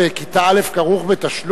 החיסון מפני אבעבועות בכיתה א' כרוך בתשלום,